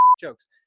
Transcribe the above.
jokes